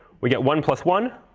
we get one plus one.